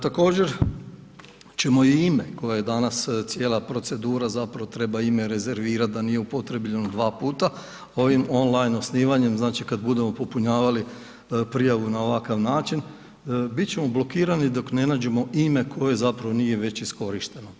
Također ćemo i ime koje je danas cijela procedura zapravo treba ime rezervirati da nije upotrebljeno 2 puta ovim on line osnivanjem, znači kad budemo popunjavali prijavu na ovakav način bit ćemo blokirani dok ne nađemo ime koje zapravo nije već iskorišteno.